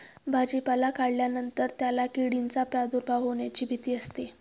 भाजीपाला काढल्यानंतर त्याला किडींचा प्रादुर्भाव होण्याची भीती असते